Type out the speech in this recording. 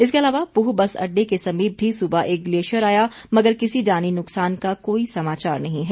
इसके अलावा पूह बस अड्डे के समीप भी सुबह एक ग्लेशियर आया मगर किसी जानी नुकसान का कोई समाचार नही है